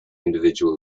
individual